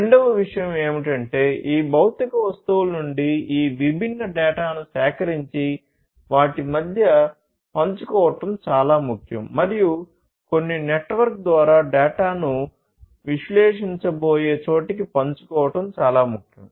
రెండవ విషయం ఏమిటంటే ఈ భౌతిక వస్తువుల నుండి ఈ విభిన్న డేటాను సేకరించి వాటి మధ్య పంచుకోవడం చాలా ముఖ్యం మరియు కొన్ని నెట్వర్క్ ద్వారా డేటాను విశ్లేషించబోయే చోటికి పంచుకోవడం చాలా ముఖ్యం